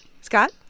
Scott